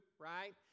right